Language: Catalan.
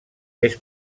més